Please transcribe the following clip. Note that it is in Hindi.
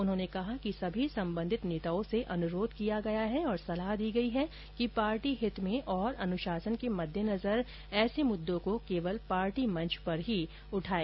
उन्होंने कहा कि कार्यकारिणी ने सभी सम्बंधित नेताओं से अनुरोध किया है और सलाह दी है कि पार्टी हित में और अनुशासन के मुद्देनजर ऐसे मुद्दों को केवल पार्टी मंच पर ही उठाएं